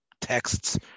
texts